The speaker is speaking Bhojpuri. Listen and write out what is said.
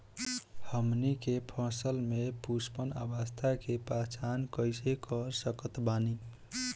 हमनी के फसल में पुष्पन अवस्था के पहचान कइसे कर सकत बानी?